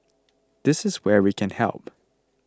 this is where we can help